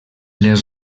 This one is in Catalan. les